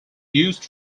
used